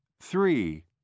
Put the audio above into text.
Three